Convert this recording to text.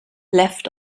left